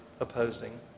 Opposing